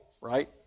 right